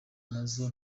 nazo